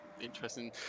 interesting